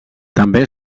també